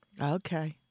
okay